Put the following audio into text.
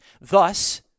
Thus